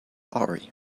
ari